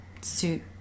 suit